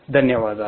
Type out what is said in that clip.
ధన్యవాదాలు